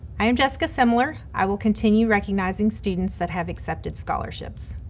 i am jessica simler. i will continue recognizing students that have accepted scholarships.